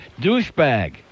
Douchebag